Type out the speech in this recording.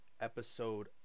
Episode